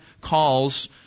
calls